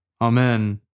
Amen